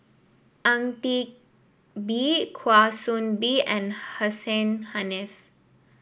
Ang Teck Bee Kwa Soon Bee and Hussein Haniff